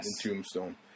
Tombstone